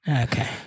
Okay